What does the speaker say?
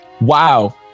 Wow